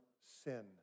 sin